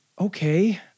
Okay